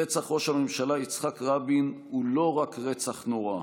רצח ראש הממשלה יצחק רבין הוא לא רק רצח נורא,